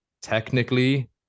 technically